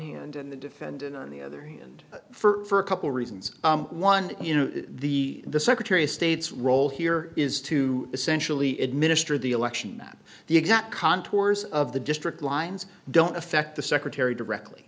hand and the defendant on the other and for a couple reasons one you know the the secretary of state's role here is to essentially administer the election that the exact contours of the district lines don't affect the secretary directly